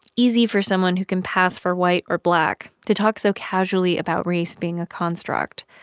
easy for someone who can pass for white or black to talk so casually about race being a construct.